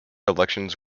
elections